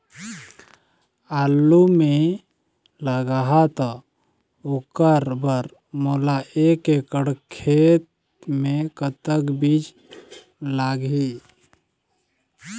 आलू मे लगाहा त ओकर बर मोला एक एकड़ खेत मे कतक बीज लाग ही?